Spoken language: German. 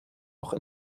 noch